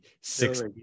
six